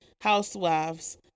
housewives